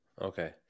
Okay